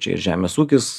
čia ir žemės ūkis